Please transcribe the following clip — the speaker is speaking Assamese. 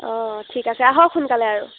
অঁ ঠিক আছে আহক সোনকালে আৰু